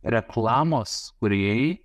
reklamos kūrėjai